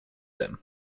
him